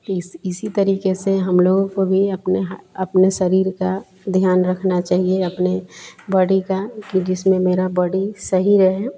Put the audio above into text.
तो इस इसी तरीक़े से हम लोगों को भी अपने अपने शरीर का ध्यान रखना चाहिए अपनी बॉडी का कि जिसमें मेरी बॉडी सही रहे